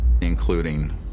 including